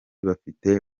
bafite